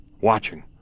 watching